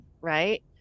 right